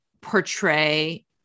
portray